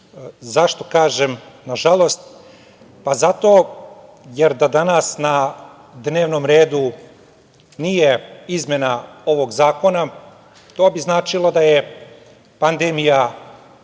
kažem nažalost? Pa, zato jer da danas na dnevnom redu nije izmena ovog zakona to bi značilo da je pandemija